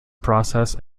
process